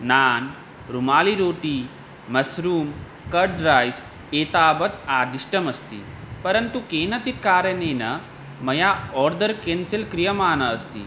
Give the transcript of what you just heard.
नान् रुमालिरोटि मस्रूम् कर्ड्रैस् एतावत् आदिष्टमस्ति परन्तु केनचित् कारणेन मया आर्दर् केन्सल् क्रियमाणम् अस्ति